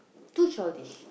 too childish